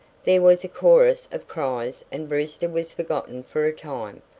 there was a chorus of cries and brewster was forgotten for a time.